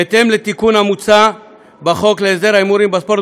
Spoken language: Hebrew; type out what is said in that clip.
בהתאם לתיקון המוצע בחוק להסדר ההימורים בספורט,